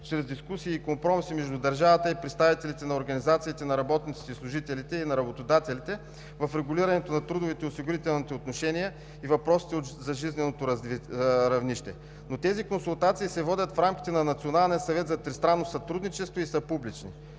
чрез дискусии и компромиси между държавата и представителите на организациите на работниците и служителите и на работодателите в регулирането на трудовите и осигурителните отношения и въпросите за жизненото равнище. Но тези консултации се водят в рамките на Националния съвет за тристранно сътрудничество и са публични,